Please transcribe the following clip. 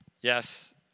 Yes